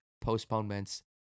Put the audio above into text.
postponements